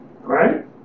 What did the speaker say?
Right